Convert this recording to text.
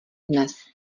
dnes